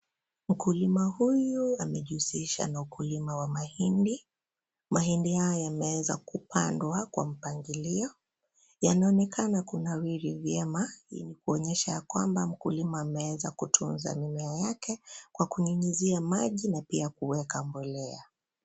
Mkulima huyu amejihusisha na ukulima wa mahindi. Mahindi haya yameweza kupandwa kwa mpangilio yanaonekana kunawiri vyema kuonyesha ya kwamba mkulima ameweza kutunza mimea yake kwa nyunyizia maji na pia kuweka mbolea.